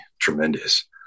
tremendous